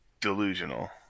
Delusional